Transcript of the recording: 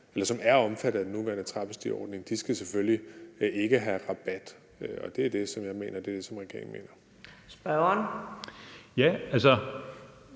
ting, som er omfattet af den nuværende trappestigeordning, selvfølgelig ikke skal have rabat, og det er det, som jeg mener, og det, som regeringen mener. Kl.